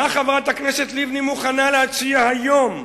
מה חברת הכנסת לבני מוכנה להציע היום?